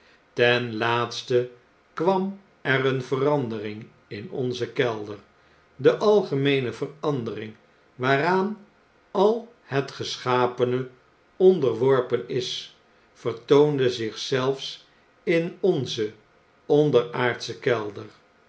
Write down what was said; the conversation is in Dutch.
ten laatste kwam er een veranderingin onzen kelder de algemeene verandering waaraan al het geschapene onderworpen is vertoonde zich zelfs in onzen onderaardschen kelder